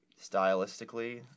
Stylistically